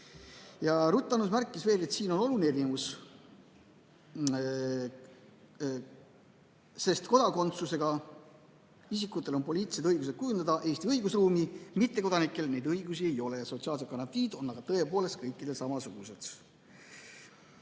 Ruth Annus märkis veel, et siin on oluline erinevus, sest kodakondsusega isikutel on poliitilised õigused kujundada Eesti õigusruumi, mittekodanikel neid õigusi ei ole. Sotsiaalsed garantiid on aga tõepoolest kõikidel samasugused.